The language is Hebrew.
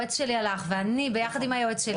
היועץ שלי הלך ואני ביחד עם היועץ שלי,